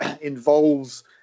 involves